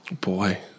boy